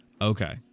Okay